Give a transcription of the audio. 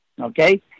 okay